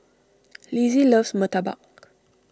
Lizzie loves Murtabak